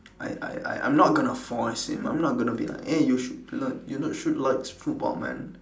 I I I I'm not going to force him I'm not going to be like eh you should l~ you not should like football man